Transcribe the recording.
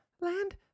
land